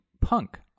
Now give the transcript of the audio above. punk